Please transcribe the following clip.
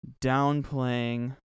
downplaying